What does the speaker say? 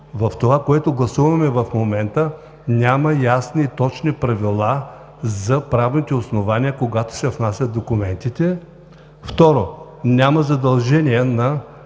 в това, което гласуваме в момента, няма точни и ясни правила за правните основания, когато се внасят документите. Второ: няма задължения на